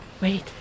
Wait